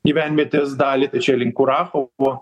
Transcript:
gyvenvietės dalį tai čia link uraho buvo